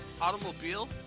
automobile